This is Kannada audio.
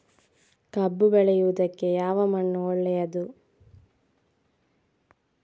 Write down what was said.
ಕಬ್ಬು ಬೆಳೆಯುವುದಕ್ಕೆ ಯಾವ ಮಣ್ಣು ಒಳ್ಳೆಯದು?